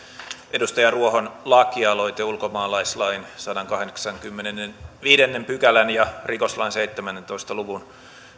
edustaja ruohon lakialoite koskee ulkomaalaislain sadannenkahdeksannenkymmenennenviidennen pykälän ja rikoslain seitsemäntoista luvun